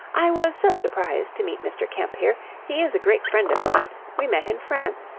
i was so surprised to meet mr. kemp here. he is a great friend of mine. we met in france.